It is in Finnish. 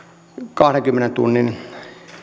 kahdenkymmenen tunnin